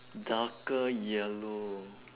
darker yellow